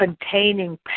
containing